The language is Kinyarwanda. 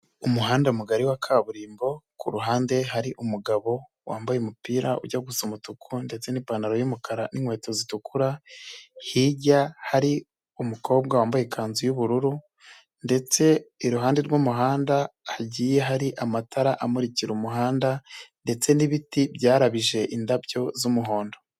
Umuhanda mugari wa kaburimbo, ku ruhande hari umugabo wambaye umupira ujya gusa umutuku ndetse n'ipantaro y'umukara n'inkweto zitukura, hirya hari umukobwa wambaye ikanzu y'ubururu ndetse iruhande rw'umuhanda hagiye hari amatara amurikira umuhanda ndetse n'ibiti byarabije indabyo z'umuhondo.